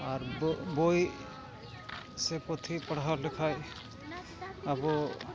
ᱟᱨ ᱵᱳᱭ ᱥᱮ ᱯᱩᱛᱷᱤ ᱯᱟᱲᱦᱟᱣ ᱞᱮᱠᱷᱟᱡ ᱟᱵᱚ